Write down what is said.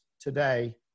today